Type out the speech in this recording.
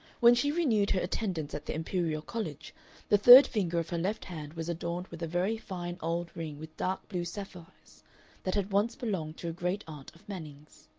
when she renewed her attendance at the imperial college the third finger of her left hand was adorned with a very fine old ring with dark blue sapphires that had once belonged to a great-aunt of manning's.